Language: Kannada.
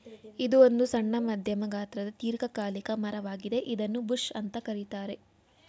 ಇದು ಒಂದು ಸಣ್ಣ ಮಧ್ಯಮ ಗಾತ್ರದ ದೀರ್ಘಕಾಲಿಕ ಮರ ವಾಗಿದೆ ಇದನ್ನೂ ಬುಷ್ ಅಂತ ಕರೀತಾರೆ